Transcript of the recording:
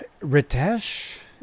Ritesh